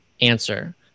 answer